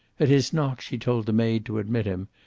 at his knock she told the maid to admit him,